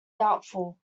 doubtful